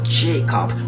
jacob